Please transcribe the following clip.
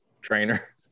trainer